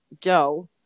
Joe